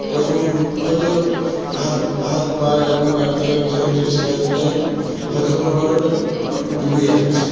এরকম হয়তো হাত হাত পা এরকম কাটতে কাটতে হয়তো শেখার টাইম হয়তো কোনো কারণে ডুবে যাচ্ছে